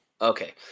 Okay